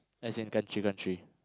as in country country